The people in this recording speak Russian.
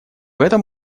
этом